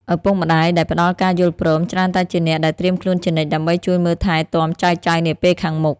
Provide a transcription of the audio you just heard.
ឪពុកម្ដាយដែលផ្ដល់ការយល់ព្រម ច្រើនតែជាអ្នកដែលត្រៀមខ្លួនជានិច្ចដើម្បីជួយមើលថែទាំចៅៗនាពេលខាងមុខ។